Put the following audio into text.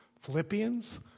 Philippians